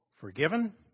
Forgiven